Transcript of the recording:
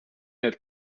had